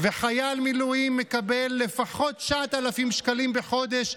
וחייל מילואים מקבל לפחות 9,000 שקלים בחודש,